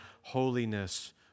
holiness